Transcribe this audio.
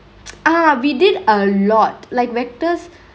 ah we did a lot like vectors